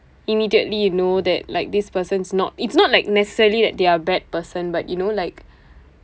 immediately you know that like this person's not it's not like necessarily that they're a bad person but you know like